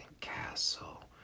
castle